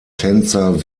tänzer